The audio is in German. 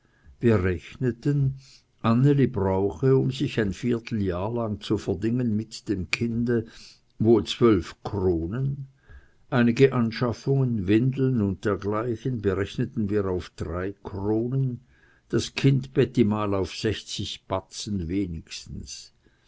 wir rechneten anneli brauche um sich ein vierteljahr lang zu verdingen mit dem kinde wohl zwölf kronen einige anschaffungen windeln und dergleichen berechneten wir auf drei kronen das kindbettimahl auf sechzig batzen wenigstens